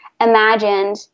imagined